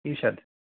ईषद्